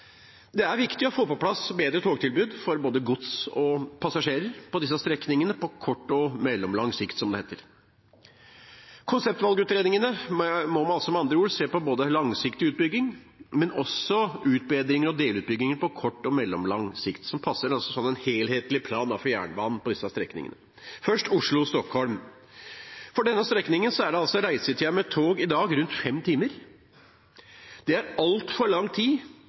Det er viktig å få på plass bedre togtilbud for både gods og passasjerer på disse strekningene på kort og mellomlang sikt, som det heter. Konseptvalgutredningene må med andre ord se på langsiktig utbygging, men også på utbedringer og delutbygginger på kort og mellomlang sikt som passer inn som del av en helhetlig plan for jernbanen på disse strekningene. Først Oslo–Stockholm: For denne strekningen er reisetiden med tog i dag rundt fem timer. Det er altfor lang tid